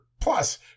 plus